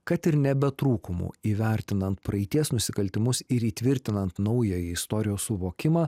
kad ir ne be trūkumų įvertinant praeities nusikaltimus ir įtvirtinant naująjį istorijos suvokimą